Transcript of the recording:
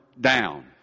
down